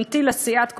עמיתי לסיעת כולנו,